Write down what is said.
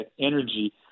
Energy